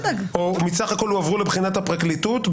או מסך הכול שהועברו לבחינת הפרקליטות?